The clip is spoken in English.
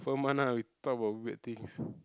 for a month lah we talk about weird things